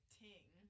ting